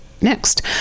next